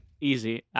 Easy